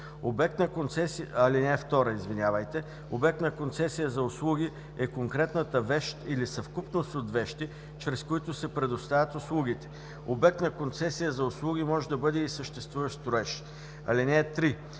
Обект на концесия за услуги е конкретната вещ или съвкупност от вещи, чрез които се предоставят услугите. Обект на концесия за услуги може да бъде и съществуващ строеж.